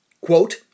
Quote